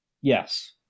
Yes